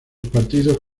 partidos